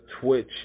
Twitch